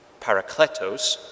paracletos